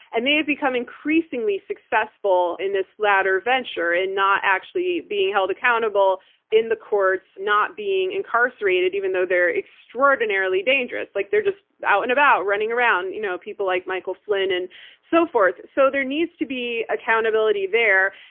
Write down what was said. and they have become increasingly successful in this latter venture, in not actually being held accountable in the courts, not being incarcerated even though they're extraordinarily dangerous. like they're just out and about, running around, you know people like michael flynn and so forth. so there needs to be accountability there.